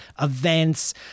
events